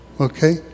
Okay